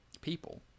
people